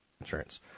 insurance